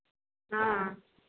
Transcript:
हाँ